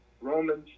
Romans